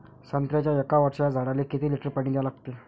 संत्र्याच्या एक वर्षाच्या झाडाले किती लिटर पाणी द्या लागते?